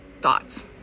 thoughts